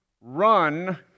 run